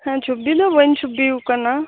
ᱦᱮᱸ ᱪᱷᱳᱵᱤ ᱫᱚ ᱵᱟᱹᱧ ᱪᱷᱳᱵᱤ ᱟᱠᱟᱱᱟ